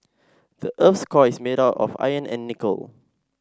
the earth's core is made of iron and nickel